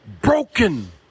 broken